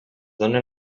dóna